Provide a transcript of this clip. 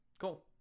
Cool